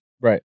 right